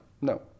no